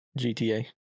GTA